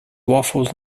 waffles